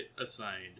assigned